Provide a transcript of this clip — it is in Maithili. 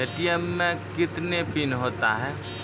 ए.टी.एम मे कितने पिन होता हैं?